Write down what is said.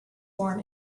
born